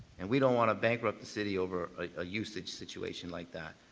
and we don't want to bankrupt the city over a usage situation like that,